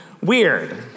weird